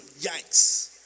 Yikes